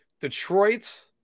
Detroit